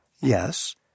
Yes